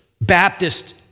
Baptist